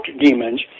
demons